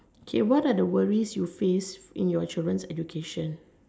okay what are the worries that you face in your children's education